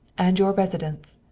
and your residence!